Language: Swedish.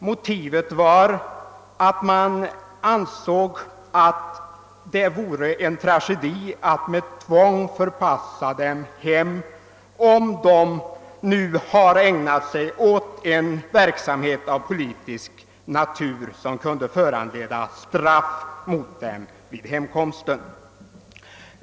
Motivet härför var att man ansåg att det vore en tragedi att med tvång förpassa dem ur riket, om de hade ägnat sig åt politisk verksamhet i hemlandet och detta kunde föranleda straff vid hemkomsten.